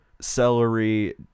celery